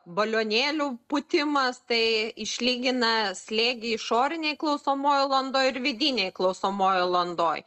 balionėlių pūtimas tai išlygina slėgį išorinėj klausomojoj landoj ir vidinėj klausomojoj landoj